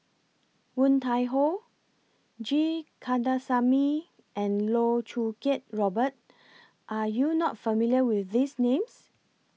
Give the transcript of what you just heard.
Woon Tai Ho G Kandasamy and Loh Choo Kiat Robert Are YOU not familiar with These Names